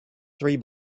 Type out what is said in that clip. three